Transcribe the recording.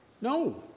No